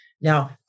Now